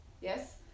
Yes